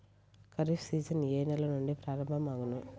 Kharif season ఏ నెల నుండి ప్రారంభం అగును?